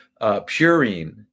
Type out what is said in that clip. purine